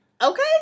okay